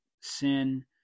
sin